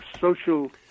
social